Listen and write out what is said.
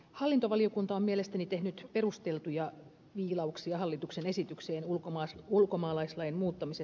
hallintovaliokunta on mielestäni tehnyt perusteltuja viilauksia hallituksen esitykseen ulkomaalaislain muuttamisesta